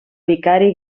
vicari